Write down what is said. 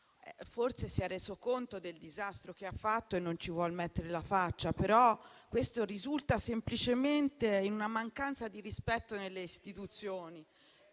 Forse si è reso conto del disastro che ha fatto e non ci vuol mettere la faccia. Questo risulta, però, semplicemente in una mancanza di rispetto delle istituzioni.